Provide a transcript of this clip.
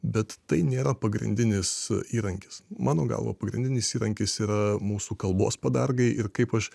bet tai nėra pagrindinis įrankis mano galva pagrindinis įrankis yra mūsų kalbos padargai ir kaip aš